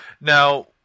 Now